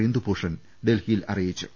ഇന്ദുഭൂഷൺ ഡൽഹിയിൽ അറിയിച്ചു